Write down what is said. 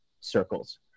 circles